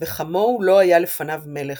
'וכמוהו לא היה לפניו מלך'